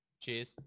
cheers